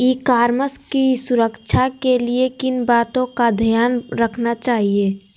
ई commerce की सुरक्षा के लिए किन बातों का ध्यान रखना चाहिए?